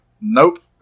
Nope